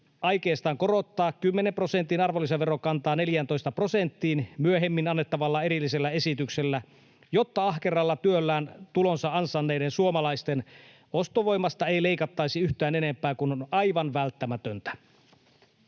aikeistaan korottaa 10 prosentin arvonlisäverokantaa 14 prosenttiin myöhemmin annettavalla erillisellä esityksellä, jotta ahkeralla työllään tulonsa ansainneiden suomalaisten ostovoimasta ei leikattaisi yhtään enempää kuin on aivan välttämätöntä.”